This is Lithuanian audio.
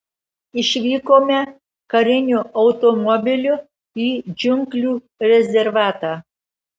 išvykome kariniu automobiliu į džiunglių rezervatą